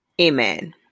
Amen